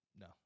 No